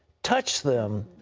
touch them.